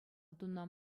тунӑ